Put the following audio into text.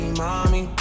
mommy